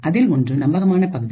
அதில் ஒன்று நம்பகமான பகுதி